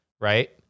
right